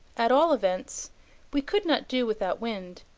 at all events we could not do without wind.